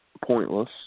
pointless